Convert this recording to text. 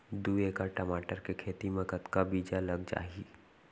दू एकड़ टमाटर के खेती मा कतका बीजा लग जाही?